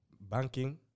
banking